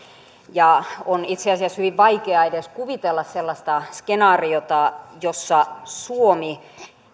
ja on itse asiassa hyvin vaikea edes kuvitella sellaista skenaariota jossa suomi